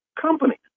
companies